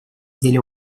деле